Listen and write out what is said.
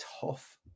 tough